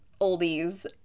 oldies